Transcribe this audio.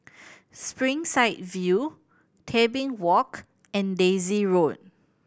Springside View Tebing Walk and Daisy Road